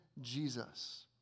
Jesus